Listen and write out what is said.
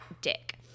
dick